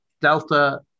Delta